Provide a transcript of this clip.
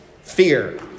fear